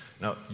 Now